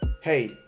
hey